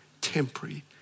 temporary